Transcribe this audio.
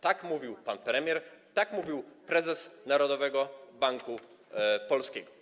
Tak mówił pan premier, tak mówił prezes Narodowego Banku Polskiego.